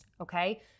okay